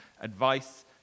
advice